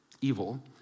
evil